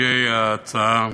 ההצעה,